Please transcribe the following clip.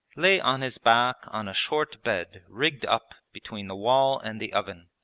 lay on his back on a short bed rigged up between the wall and the oven,